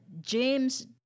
James